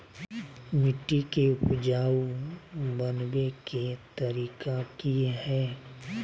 मिट्टी के उपजाऊ बनबे के तरिका की हेय?